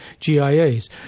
GIAs